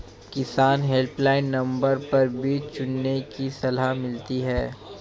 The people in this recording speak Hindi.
किसान हेल्पलाइन नंबर पर बीज चुनने की सलाह मिलती है